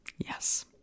Yes